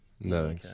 No